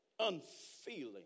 Unfeeling